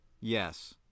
Yes